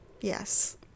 Yes